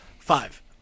Five